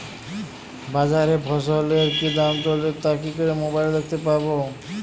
বাজারে ফসলের কি দাম চলছে তা কি করে মোবাইলে দেখতে পাবো?